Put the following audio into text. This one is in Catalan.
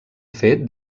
fet